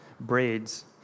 braids